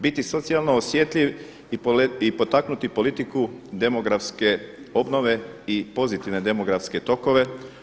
Biti socijalno osjetljiv i potaknuti politiku demografske obnove i pozitivne demografske tokove.